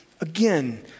Again